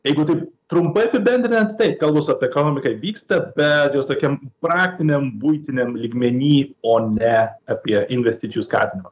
jeigu taip trumpai apibendrinant taip kalbos apie ekonomiką vyksta be jos tokiam praktiniam buitiniam lygmeny o ne apie investicijų skatinimą